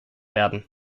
werden